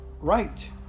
right